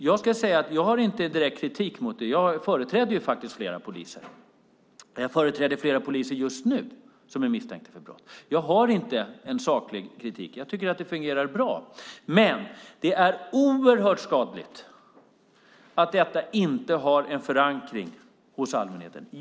Jag ska säga att jag inte riktar direkt kritik mot det; jag företräder faktiskt flera poliser just nu som är misstänkta för brott. Jag har inte en saklig kritik, utan jag tycker att det fungerar bra. Men det är oerhört skadligt att just detta inte har en förankring hos allmänheten.